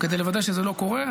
כדי לוודא שזה לא קורה,